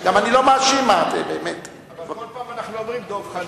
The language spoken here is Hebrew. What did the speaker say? אבל כל פעם אנחנו אומרים דב חנין,